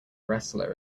wrestler